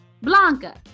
Blanca